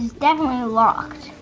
definitely locked.